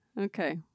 Okay